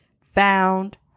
found